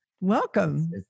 Welcome